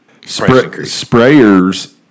sprayers